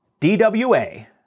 DWA